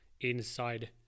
inside